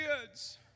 kids